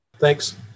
Thanks